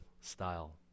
style